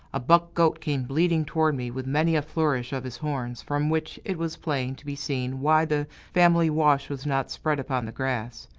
a buck goat came bleating toward me, with many a flourish of his horns, from which it was plain to be seen why the family wash was not spread upon the grass.